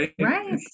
Right